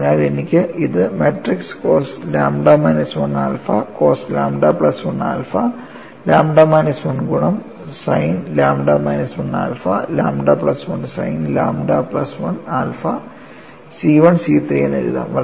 അതിനാൽ എനിക്ക് ഇത് matrix cos lambda minus 1 alpha cos lambda plus 1 alpha lambda minus 1 ഗുണം sine lambda minus 1 alpha lambda plus 1 sine lambda plus 1 alpha C 1 C3 എന്ന് എഴുതാം